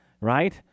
right